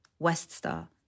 Weststar